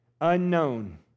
Unknown